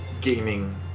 gaming